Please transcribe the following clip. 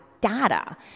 data